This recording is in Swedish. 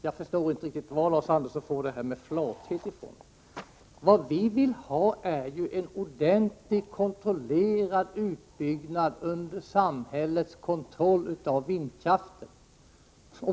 Jag förstår inte riktigt var Lars Andersson får ordet flathet ifrån. Vad vi vill ha är en av samhället ordentligt kontrollerad utbyggnad av vindkraften.